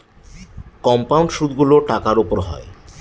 compound সুদগুলো টাকার উপর হয়